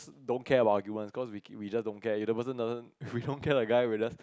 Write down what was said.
don't care about arguments cause we we just don't care if the person doesn't we don't care that guy we just